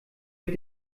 mit